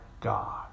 God